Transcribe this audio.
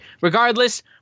regardless